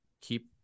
keep